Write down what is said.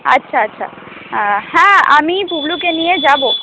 আচ্ছা আচ্ছা হ্যাঁ আমি পুবলুকে নিয়ে যাব